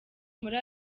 muri